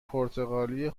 پرتغالی